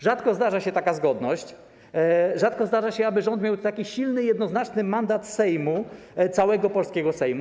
Rzadko zdarza się taka zgodność, rzadko zdarza się, aby rząd miał taki silny jednoznaczny mandat Sejmu, całego polskiego Sejmu.